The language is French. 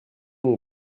mon